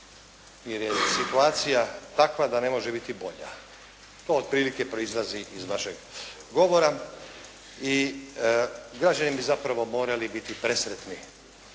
jer je situacija takva da ne može biti bolja. To otprilike proizlazi iz vašeg govora i građani bi zapravo morali biti presretni